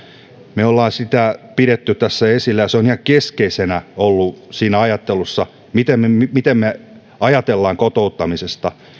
me olemme sitä pitäneet tässä esillä ja se on ihan keskeisenä ollut siinä ajattelussa miten me ajattelemme kotouttamisesta